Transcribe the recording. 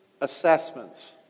assessments